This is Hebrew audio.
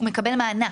מקבל מענק.